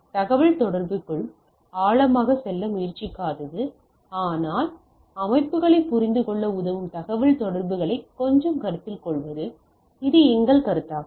மேலும் தகவல்தொடர்புக்குள் ஆழமாகச் செல்ல முயற்சிக்காதது ஆனால் அமைப்புகளைப் புரிந்துகொள்ள உதவும் தகவல்தொடர்புகளை கொஞ்சம் கருத்தில் கொள்வது இது எங்கள் கருத்தாகும்